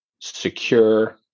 secure